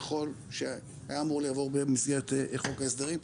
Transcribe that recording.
שהיה אמור לעבור במסגרת חוק ההסדרים,